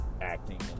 acting